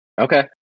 Okay